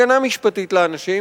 הגנה משפטית לאנשים,